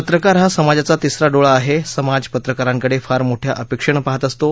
पत्रकार हा समाजाचा तिसरा डोळा आह अमाज पत्रकारांकडेक्विर मोठ्या अपक्षक्षपाहत असतो